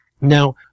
Now